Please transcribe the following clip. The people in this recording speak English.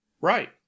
Right